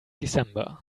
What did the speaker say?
december